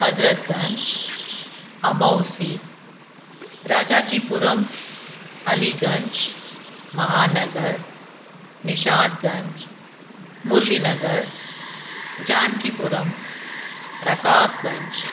Hazratganj Amausi Rajajipuram Aliganj Mahanagar Nishatganj Murli Nagar Jankipuram Rakabganj